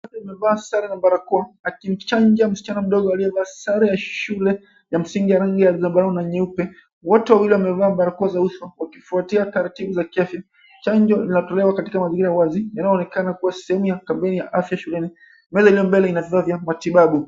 Daktari amevaaa sare na barakoa akimchanja msichana mdogo aliovaaa sare ya shule ya msingi ya rangi ya zambarau na nyeupe, watu wawili wamevaa barakoa za usalama wa kifuatilia karatibu za kiafya, chanjo lina tolewa katika mazingira wazi na ina onekana kuwa sehemu ya kampeni ya afya shuleni, meza ilio mbele ina vifaa vya matibabu.